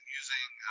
using